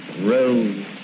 rose